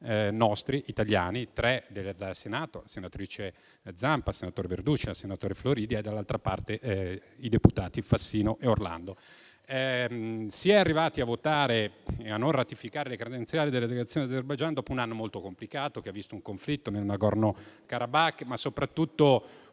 italiani: tre del Senato (le senatrici Zampa e Floridia e il senatore Verducci) e i deputati Fassino e Orlando. Si è arrivati a votare e a non ratificare le credenziali delle delegazioni dell'Azerbaijan dopo un anno molto complicato che ha visto un conflitto nel Nagorno Karabakh, ma soprattutto un